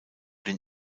den